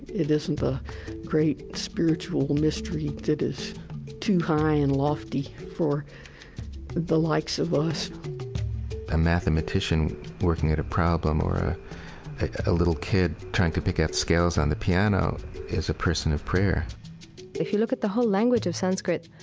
it isn't the great spiritual mystery that is too high and lofty for the likes of us a mathematician working at a problem or a a little kid trying to pick out scales on the piano is a person of prayer if you look at the whole language of sanskrit,